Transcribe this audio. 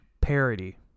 parody